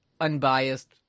unbiased